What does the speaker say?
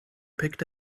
picked